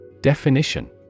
Definition